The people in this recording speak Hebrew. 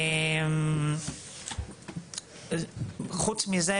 חוץ מזה,